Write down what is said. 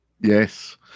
Yes